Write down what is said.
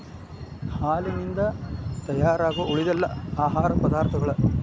ಹಾಲಿನಿಂದ ತಯಾರಾಗು ಉಳಿದೆಲ್ಲಾ ಆಹಾರ ಪದಾರ್ಥಗಳ